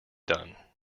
done